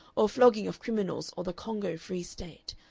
or flogging of criminals or the congo free state,